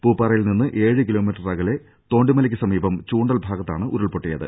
പൂപ്പാറയിൽനിന്നും ഏഴ് കിലോമീറ്റർ അകലെ തോണ്ടിമലക്ക് സമീപം ചൂണ്ടൽ ഭാഗത്താണ് ഉരുൾ പൊട്ടി യത്